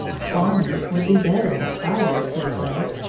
farming would be better than fighting, he said.